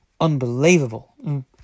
Unbelievable